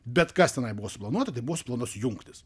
bet kas tenai buvo suplanuota tai buvo suplanuotos jungtys